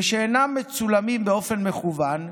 ושאינם מצולמים באופן מכוון,